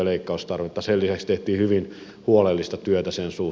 sen lisäksi tehtiin hyvin huolellista työtä san suu